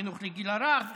חינוך לגיל הרך וכדומה,